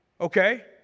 Okay